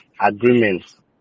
agreements